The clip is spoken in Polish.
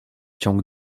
ciąg